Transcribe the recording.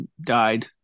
died